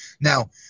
Now